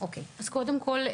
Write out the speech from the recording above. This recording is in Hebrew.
אז קודם כל,